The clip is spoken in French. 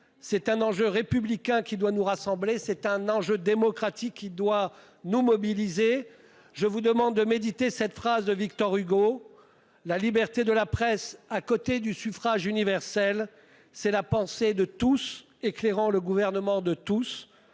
c'est un enjeu républicain qui doit nous rassembler, un enjeu démocratique qui doit nous mobiliser. Je vous suggère de méditer cette phrase de Victor Hugo :« La liberté de la presse à côté du suffrage universel, c'est la pensée de tous éclairant le gouvernement de tous.